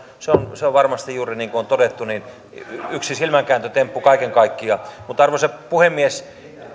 se on se on varmasti juuri niin kuin on todettu yksi silmänkääntötemppu kaiken kaikkiaan arvoisa puhemies